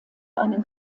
einen